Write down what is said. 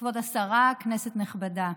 כבוד השרה, כנסת נכבדה,